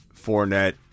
Fournette